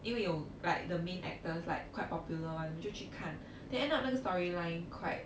因为有 like the main actors like quite popular [one] 我们就去看 then end up story line quite